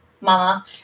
Mama